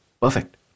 Perfect